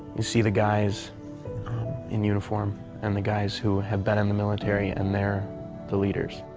you see the guys in uniform and the guys who have been in the military and they're the leaders.